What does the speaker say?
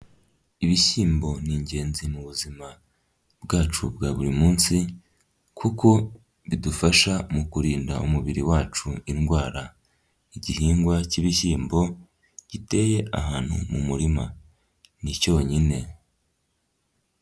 Ibishyimbo ni ingenzi mu buzima bwacu bwa buri munsi kuko bidufasha mu kurinda umubiri wacu indwara, igihingwa cy'ibishyimbo giteye ahantu mu murima ni cyonyine.